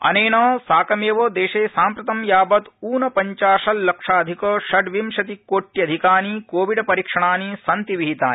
अनेन साकमेव देशे साम्प्रतं यावत् ऊनपञ्चाशल्लक्षाधिक षड्विंशति कोट्यधिकानि कोविड परीक्षणानि सन्ति विहितानि